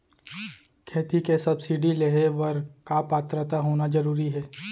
खेती के सब्सिडी लेहे बर का पात्रता होना जरूरी हे?